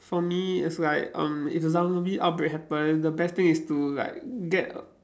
for me it's like um if a zom~ zombie outbreak happen the best thing is to like get